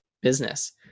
business